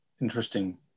interesting